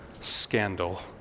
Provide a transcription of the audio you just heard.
scandal